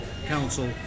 Council